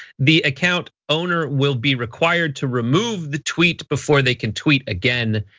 the account owner will be required to remove the tweet before they can tweet again.